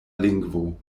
lingvo